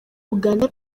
uganda